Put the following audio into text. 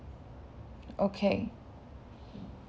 okay